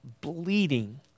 bleeding